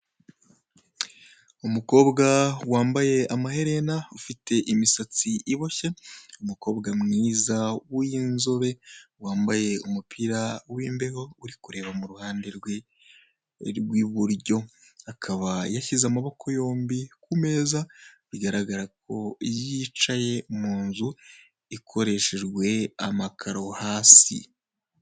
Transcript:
Umukobwa wambaye amaherena ufite imisatsi iboshye, umukobwa mwiza w'inzobe wambaye umupira w'imbeho, uri kureba mu ruhande rwe rw'iburyo. Akaba yashyize amaboko yombi ku meza, bigaragara ko yicaye mu nzu ikoreshejwe amakaro hasi.